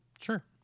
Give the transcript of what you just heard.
Sure